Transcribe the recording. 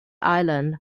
island